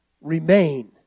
remain